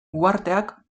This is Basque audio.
uharteak